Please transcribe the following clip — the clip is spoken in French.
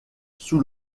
sous